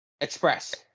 Express